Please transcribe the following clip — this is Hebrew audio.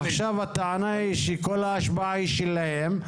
עכשיו הטענה היא שכל ההשפעה היא שלהם.